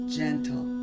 gentle